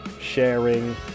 sharing